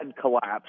collapsed